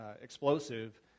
explosive